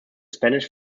spanish